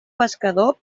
pescador